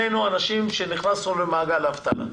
שנינו אנשים שנכנסנו למעגל האבטלה,